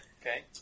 Okay